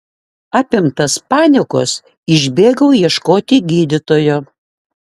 apimtas panikos išbėgau ieškoti gydytojo